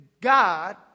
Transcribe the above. God